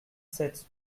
sept